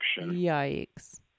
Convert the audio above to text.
Yikes